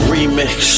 Remix